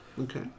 Okay